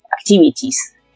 activities